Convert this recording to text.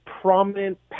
prominent